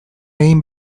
egin